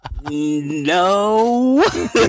no